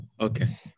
Okay